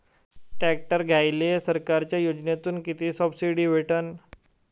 Tractor घ्यायले सरकारच्या योजनेतून किती सबसिडी भेटन?